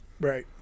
Right